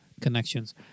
connections